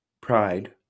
pride